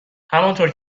همانطور